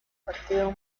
partido